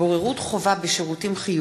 הוספת עילות לעבירות הסתה ופשע שנאה),